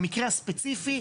במקרה הספציפי,